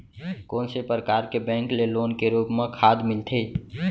कोन से परकार के बैंक ले लोन के रूप मा खाद मिलथे?